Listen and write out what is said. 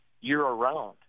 year-round